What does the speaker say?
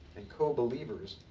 and co-believers.